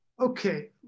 okay